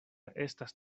estas